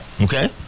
Okay